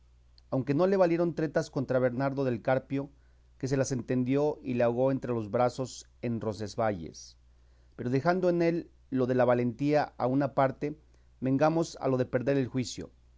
aunque no le valieron tretas contra bernardo del carpio que se las entendió y le ahogó entre los brazos en roncesvalles pero dejando en él lo de la valentía a una parte vengamos a lo de perder el juicio